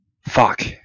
Fuck